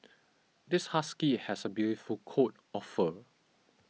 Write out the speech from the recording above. this husky has a beautiful coat of fur